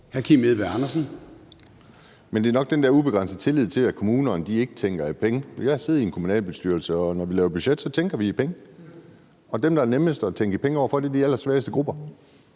Det er nok den der ubegrænsede tillid til, at kommunerne ikke tænker i penge, der er noget med. Jeg har siddet i en kommunalbestyrelse, og når vi laver budget, tænker vi i penge. Og dem, der er nemmest at tænke i penge over for, er de allersvageste grupper.